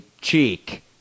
cheek